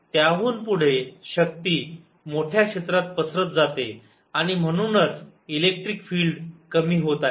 त्याहून पुढे शक्ती मोठ्या क्षेत्रात पसरत जाते आणि म्हणूनच इलेक्ट्रिक फील्ड कमी होत आहे